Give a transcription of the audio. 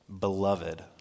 beloved